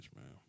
man